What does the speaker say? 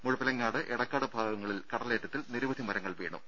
മുഴുപ്പിലങ്ങാട് എടക്കാട് ഭാഗങ്ങളിൽ കടലേറ്റത്തിൽ നിരവധി മരങ്ങൾ വീണു